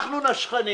אנחנו נשכנים,